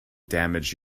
damage